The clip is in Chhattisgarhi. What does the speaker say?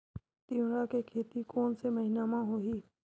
तीवरा के खेती कोन से महिना म होही?